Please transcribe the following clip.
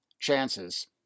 chances